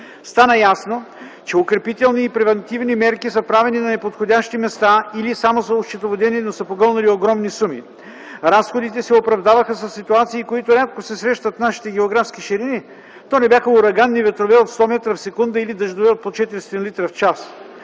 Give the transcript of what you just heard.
Стана ясно, че укрепителни и превантивни мерки са правени на неподходящи места или само са осчетоводени, но са погълнали огромни суми. Разходите се оправдаваха със ситуации, които рядко се срещат в нашите географски ширини. То не бяха ураганни ветрове от 100 м/сек. или дъждове от по 400 литра на час.